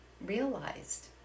realized